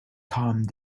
calmed